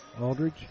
Aldridge